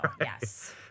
yes